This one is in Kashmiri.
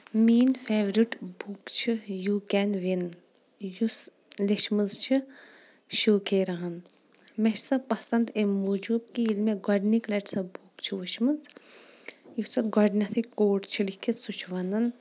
میٲنۍ فیورٹ بُک چھِ یو کین وِن یُس لیچھمٕژ چھِ شوکیراہن مےٚ چھِ سۄ پسنٛد امہِ موٗجوب کہِ ییٚلہِ مےٚ گۄڈنیکۍ لٹہِ سۄ بُک چھِ وچھمٕژ یُس اتھ گۄڈنیٚتھے کوٹ چھُ لیٖکھتھ سُہ چھُ ونان